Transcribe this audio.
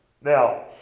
Now